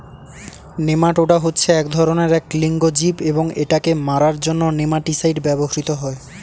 nematoda হচ্ছে এক ধরণের এক লিঙ্গ জীব এবং এটাকে মারার জন্য নেমাটিসাইড ব্যবহৃত হয়